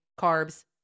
carbs